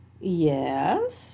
Yes